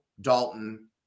Dalton